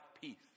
peace